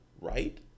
right